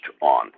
on